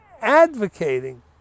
advocating